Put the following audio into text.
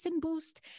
boost